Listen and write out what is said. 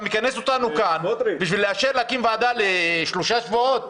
אתה מכנס אותנו בשביל להקים ועדה לשלושה שבועות?